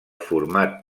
format